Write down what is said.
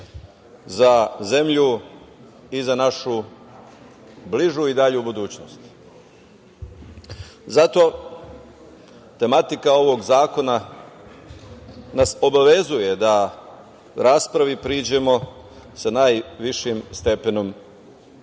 za zemlju i za našu bližu i dalju budućnost. Zato tematika ovog zakona nas obavezuje da raspravi priđemo sa najvišim stepenom